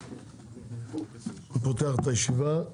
אני פותח את הישיבה.